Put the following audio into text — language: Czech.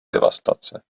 devastace